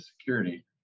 security